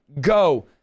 go